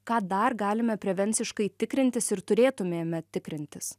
ką dar galime prevenciškai tikrintis ir turėtumėme tikrintis